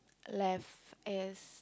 left is